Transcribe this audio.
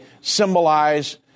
symbolize